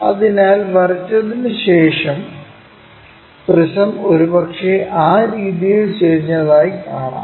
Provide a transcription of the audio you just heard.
അതിനാൽ വരച്ചതിനുശേഷം പ്രിസം ഒരുപക്ഷേ ആ രീതിയിൽ ചെരിഞ്ഞതായി കാണാം